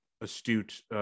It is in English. astute